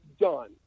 done